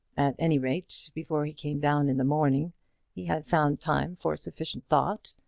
at any rate, before he came down in the morning he had found time for sufficient thought,